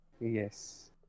Yes